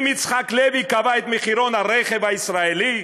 אם יצחק לוי קבע את מחירון הרכב הישראלי,